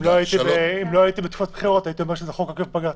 אם לא הייתי בתקופת בחירות הייתי אומר שזה חוק עוקף בג"ץ.